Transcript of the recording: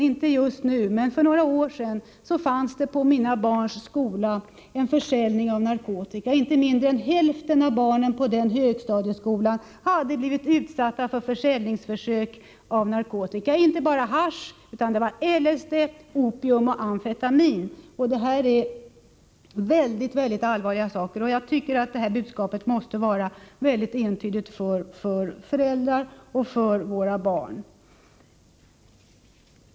Inte just nu men för några år sedan förekom det i mina barns skola försäljning av narkotika. Inte mindre än hälften av barnen på den högstadieskolan hade blivit utsatta för försök att sälja narkotika. Det var inte bara hasch utan även LSD, opium och amfetamin. Detta är mycket allvarliga saker. Jag tycker att budskapet om narkotika måste vara alldeles entydigt för föräldrar och för våra barn.